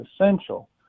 essential